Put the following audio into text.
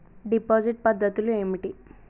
Deposit పద్ధతులు ఏమిటి?